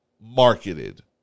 marketed